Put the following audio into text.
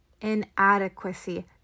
inadequacy